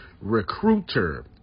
Recruiter